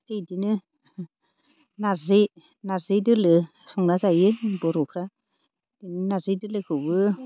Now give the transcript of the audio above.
इदिनो नार्जि नार्जि दोलो संना जायो बर'फ्रा नार्जि दोलोखौबो